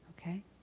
Okay